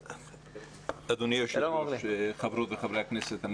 אדוני היושב ראש, חברות וחברי הכנסת.